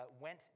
went